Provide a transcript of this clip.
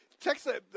Texas